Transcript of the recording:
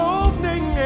opening